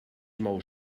mou